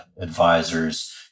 advisors